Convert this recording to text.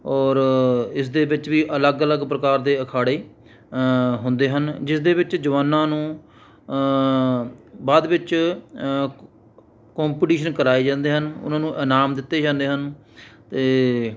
ਔਰ ਇਸਦੇ ਵਿੱਚ ਵੀ ਅਲੱਗ ਅਲੱਗ ਪ੍ਰਕਾਰ ਦੇ ਅਖਾੜੇ ਹੁੰਦੇ ਹਨ ਜਿਸ ਦੇ ਵਿੱਚ ਜਵਾਨਾਂ ਨੂੰ ਬਾਅਦ ਵਿੱਚ ਕੋਪੀਟੀਸ਼ਨ ਕਰਵਾਏ ਜਾਂਦੇ ਹਨ ਉਹਨਾਂ ਨੂੰ ਇਨਾਮ ਦਿੱਤੇ ਜਾਂਦੇ ਹਨ ਅਤੇ